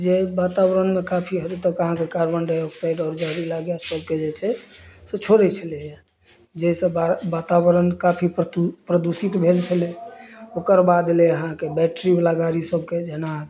जे वातावरणमे काफी हर तक अहाँके कार्बन डाइऑक्साइड आओर जहरीला गैस सबके जे छै से छोड़ै छलैय जाहिसँ वातावरण काफी प्रदूषित भेल छलै ओकर बाद अयलै अहाँके बैट्री वला गाड़ी सबके जेना